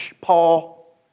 Paul